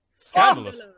scandalous